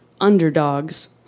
underdogs